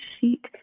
sheet